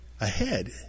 ahead